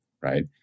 right